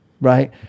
right